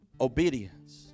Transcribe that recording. obedience